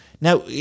Now